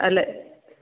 ಅಲ್ಲೇ